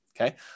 okay